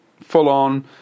full-on